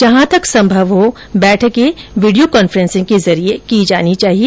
जहां तक संभव हो बैठकें वीडियो कांफ्रेंसिंग के जरिये की जानी चाहिए